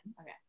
Okay